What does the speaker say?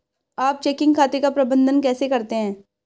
आप चेकिंग खाते का प्रबंधन कैसे करते हैं?